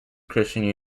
christian